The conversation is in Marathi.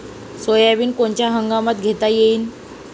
सोयाबिन कोनच्या हंगामात घेता येईन?